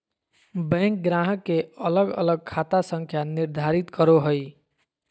bank ग्राहक के अलग अलग खाता संख्या निर्धारित करो हइ